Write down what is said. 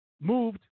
moved